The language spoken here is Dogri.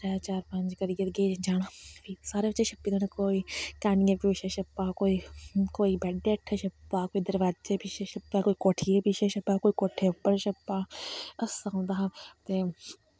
त्रै चार पंज करी करियै जाना सारें बिच्च छप्पी दे नै कोई कैनियैं पिच्छें छप्पा दा कोई बैड्डै हेट्ठ छप्पा दा कोई दरवाजै पिच्छें छप्पा दा कोई कोट्ठियै पिच्छें छप्पा कोई कोट्ठे उप्पर छप्पा दा हास्सा औंदा हा ते में